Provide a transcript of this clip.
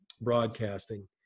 broadcasting